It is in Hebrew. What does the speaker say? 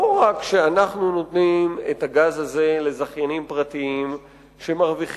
לא רק שאנחנו נותנים את הגז הזה לזכיינים פרטיים שמרוויחים